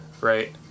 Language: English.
Right